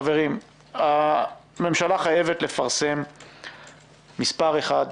חברים, הממשלה חייבת לפרסם מספר אחד,